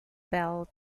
bell